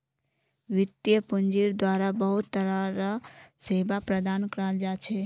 वित्तीय पूंजिर द्वारा बहुत तरह र सेवा प्रदान कराल जा छे